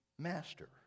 Master